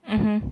mmhmm